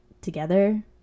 together